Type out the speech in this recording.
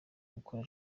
gukora